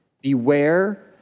beware